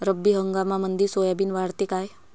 रब्बी हंगामामंदी सोयाबीन वाढते काय?